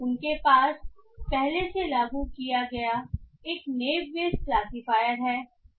उनके पास पहले से लागू किया गया एक नेव बेस क्लासिफायर है